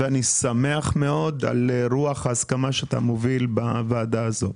אני שמח מאוד על רוח ההסכמה שאתה מוביל בוועדה הזאת.